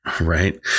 Right